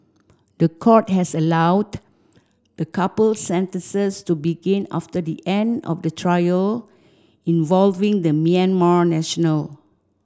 the court has allowed the couple's sentences to begin after the end of the trial involving the Myanmar national